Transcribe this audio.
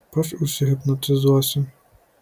pats užsihipnotizuosiu